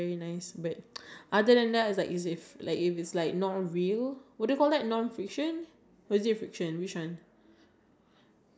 nope I don't like reading books it's very boring it's just I think you need to concentrate on the words or something and I think you would improve on your English or